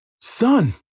Son